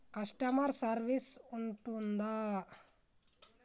Customer service ఉంటుందా?